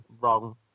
wrong